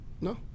No